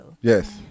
Yes